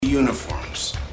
uniforms